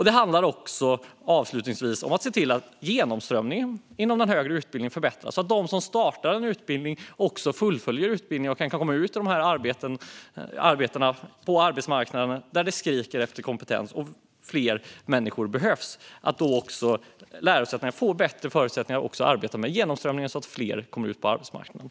Det handlar också, avslutningsvis, om att se till att genomströmningen inom den högre utbildningen förbättras så att de som startar en utbildning även fullföljer utbildningen och kan komma ut på arbetsmarknaden, där man skriker efter kompetens och där fler människor behövs. Det handlar då om att lärosätena får bättre förutsättningar att arbeta med genomströmningen så att fler kommer ut på arbetsmarknaden.